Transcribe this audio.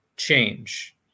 change